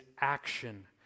action